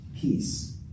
Peace